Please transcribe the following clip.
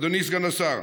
אדוני סגן השר,